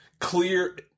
clear